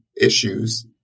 issues